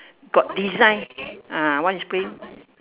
got design ah one is green